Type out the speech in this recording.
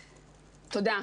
תודה.